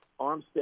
Armstead